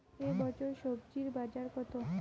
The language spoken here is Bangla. এ বছর স্বজি বাজার কত?